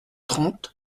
trente